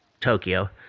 Tokyo